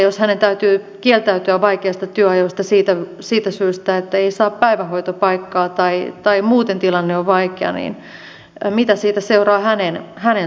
jos hänen täytyy kieltäytyä vaikeista työajoista siitä syystä että ei saa päivähoitopaikkaa tai muuten tilanne on vaikea niin mitä siitä seuraa hänen sosiaaliturvalleen